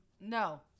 No